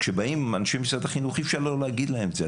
כשבאים אנשי משרד החינוך אי אפשר לא להגיד להם את זה.